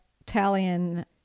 Italian